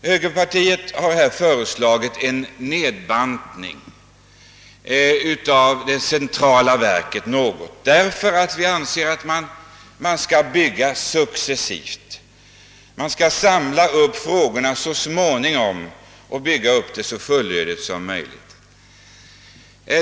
Högerpartiet har föreslagit en nedbantning av det centrala verket, då vi anser att det bör byggas upp successivt. Man bör så småningom bygga upp verket för att det skall bli så fullödigt som möjligt.